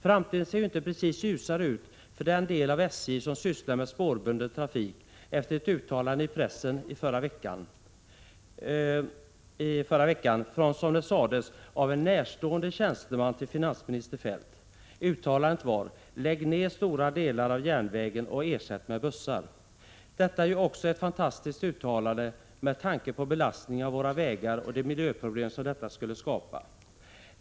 Framtiden ser inte precis ljusare ut för den del av SJ som sysslar med spårbunden trafik efter ett uttalande i pressen i förra veckan från, som det sades, en närstående tjänsteman till finansminister Feldt. Uttalandet löd: ”Lägg ner stora delar av järnvägen och ersätt med bussar.” Detta är ju också ett fantastiskt uttalande, med tanke på belastningen på våra vägar och de miljöproblem som detta skulle skapa!